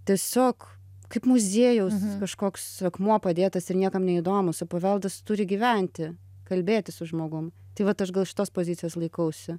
tiesiog kaip muziejaus kažkoks akmuo padėtas ir niekam neįdomus o paveldas turi gyventi kalbėti su žmogumi tai vat aš gal šitos pozicijos laikausi